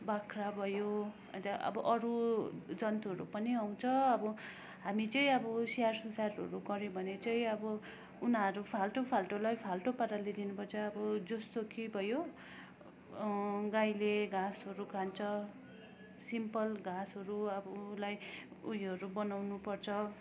बाख्रा भयो अन्त अब अरू जन्तुहरू पनि आउँछ अब हामी चाहिँ अब स्याहार सुसारहरू गर्यो भने चाहिँ अब उनाीहरू फाल्टु फाल्टुलाई फाल्टु पाराले दिनुपर्छ अब जस्तो कि भयो गाईले घाँसहरू खान्छ सिम्पल घाँसहरू अब ऊलाई उयोहरू बनाउनुपर्छ